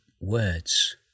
words